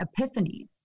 epiphanies